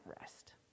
rest